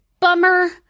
Bummer